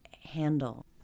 handle